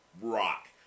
rock